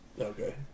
Okay